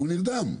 הוא נרדם.